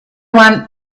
want